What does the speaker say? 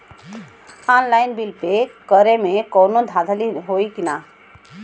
Online bill pay करे में कौनो धांधली ना होई ना?